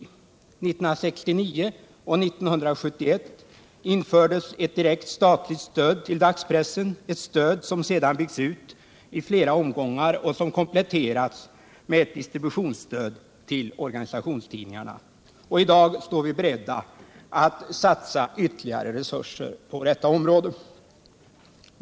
1969 och 1971 infördes ett direkt statligt stöd till dagspressen, ett stöd som sedan byggts ut i flera omgångar och som kompletterats med ett distributionsstöd till organisationstidningarna. Och i dag står vi beredda att satsa ytterligare resurser på detta område.